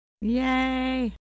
Yay